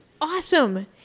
awesome